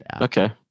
okay